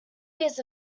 years